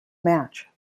match